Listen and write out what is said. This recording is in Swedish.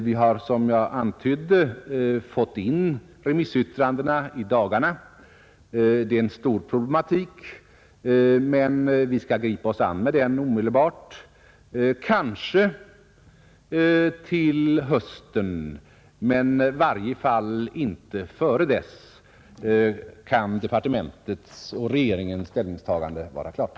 Vi har, som jag antydde, i dagarna fått in remissyttrandena. Det gäller här en stor problematik, men vi skall gripa oss an med den omedelbart. Kanske till hösten — i varje fall inte förr — kan departementets och regeringens ställningstaganden vara klara.